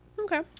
Okay